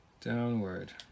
downward